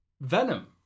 Venom